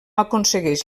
aconsegueix